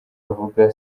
bavuga